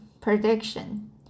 prediction